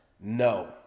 No